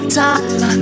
time